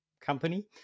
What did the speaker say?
company